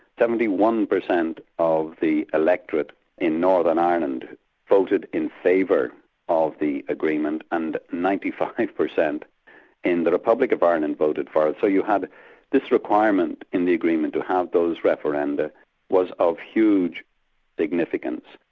seventy one percent of the electorate in northern ireland voted in favour of the agreement, and ninety five percent in the republic of ireland voted for it. so you have this requirement in the agreement to have those referenda was of huge significance.